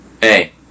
Hey